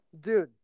dude